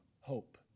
hope